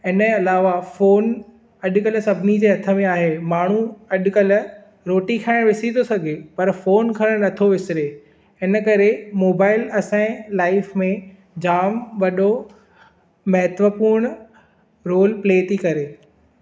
इन जे अलावा फोन अॼुकल्ह सभिनी जे हथ में आहे माण्हू अॼुकल्ह रोटी खाइण विसिरी थो सघे पर फोन खणणु नथो विसिरे इन करे मोबाइल असांजे लाइफ में जाम वॾो महत्वपूर्ण रोल प्ले थी करे